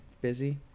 busy